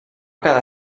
quedar